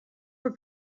for